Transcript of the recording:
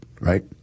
right